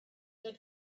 had